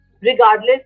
regardless